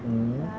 mm